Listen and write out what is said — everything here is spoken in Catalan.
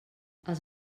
els